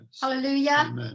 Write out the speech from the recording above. hallelujah